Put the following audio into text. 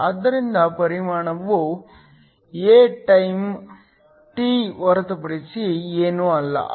ಆದ್ದರಿಂದ ಪರಿಮಾಣವು A time t ಹೊರತುಪಡಿಸಿ ಏನೂ ಅಲ್ಲ ಆದ್ದರಿಂದ 0